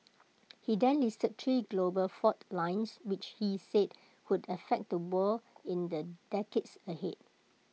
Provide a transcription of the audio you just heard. he then listed three global fault lines which he said would affect the world in the decades ahead